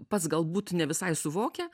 pats galbūt ne visai suvokia